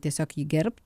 tiesiog jį gerbt